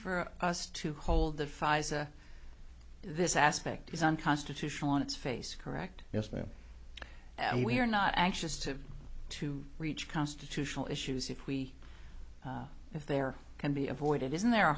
for us to hold the pfizer this aspect is unconstitutional on its face correct yes ma'am and we are not actions to to reach constitutional issues if we if there can be avoided isn't there a